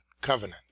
covenant